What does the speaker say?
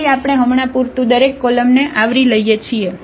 તેથી આપણે હમણાં પૂરતું દરેક કોલમને આવરી લઈએ છીએ